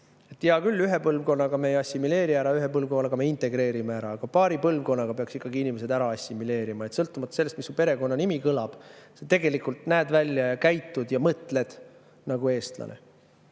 Hea küll, ühe põlvkonnaga me ei assimileeri ära, ühe põlvkonnaga me integreerime ära. Aga paari põlvkonnaga peaks ikkagi inimesed ära assimileerima, et sõltumata sellest, kuidas kõlab su perekonnanimi, sa tegelikult näed välja, käitud ja mõtled nagu eestlane.